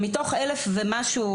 ומתוך האלף ומשהו,